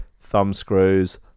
thumbscrews